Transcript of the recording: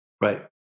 Right